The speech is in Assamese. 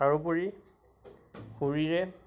তাৰোপৰি শৰীৰে